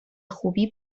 خوبی